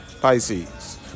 Pisces